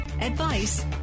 advice